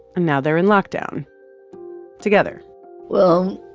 and now they're in lockdown together well,